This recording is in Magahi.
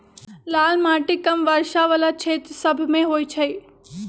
लाल माटि कम वर्षा वला क्षेत्र सभमें होइ छइ